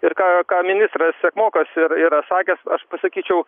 ir ką ką ministras sekmokas yra sakęs aš pasakyčiau